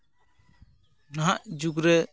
ᱱᱟᱦᱟᱜ ᱡᱩᱜᱽ ᱨᱮ